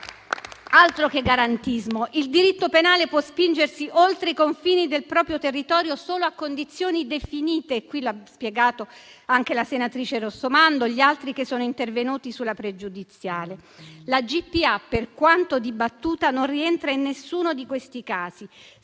Altro che garantismo! Il diritto penale può spingersi oltre i confini del proprio territorio solo a condizioni definite, come ha spiegato anche la senatrice Rossomando e gli altri che sono intervenuti sulla pregiudiziale. La GPA, per quanto dibattuta, non rientra in nessuno di questi casi.